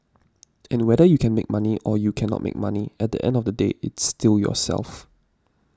and whether you can make money or you can not make money at the end of the day it's still yourself